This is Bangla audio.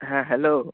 হ্যাঁ হ্যালো